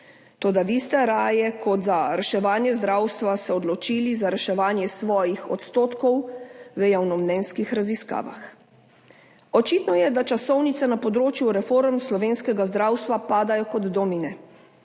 toda vi ste se raje kot za reševanje zdravstva odločili za reševanje svojih odstotkov v javnomnenjskih raziskavah. Očitno je, da časovnice na področju reform slovenskega zdravstva padajo kot domine.